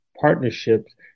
Partnerships